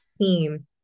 team